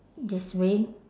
this way